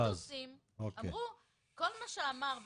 -- נאמר שכשיציגו את הסטטוסים אמרו שכל מה שנאמר יוטמע,